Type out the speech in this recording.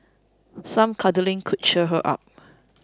some cuddling could cheer her up